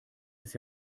ist